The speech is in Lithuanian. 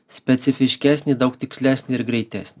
specifiškesnį daug tikslesnį ir greitesnį